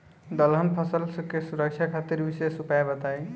दलहन फसल के सुरक्षा खातिर विशेष उपाय बताई?